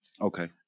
Okay